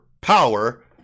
power